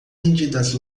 vendidas